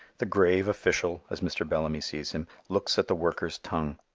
the grave official, as mr. bellamy sees him, looks at the worker's tongue.